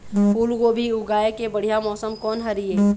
फूलगोभी उगाए के बढ़िया मौसम कोन हर ये?